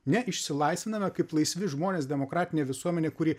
ne išsilaisviname kaip laisvi žmonės demokratinė visuomenė kuri